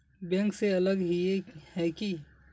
Bank से अलग हिये है की?